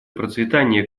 процветание